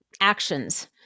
actions